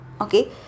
okay